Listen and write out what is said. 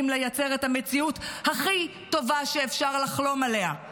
לייצר את המציאות הכי טובה שאפשר לחלום עליה.